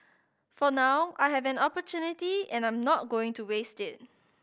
for now I have an opportunity and I'm not going to waste it